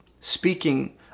Speaking